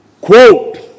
quote